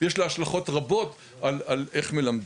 יש לה השלכות רבות על איך מלמדים.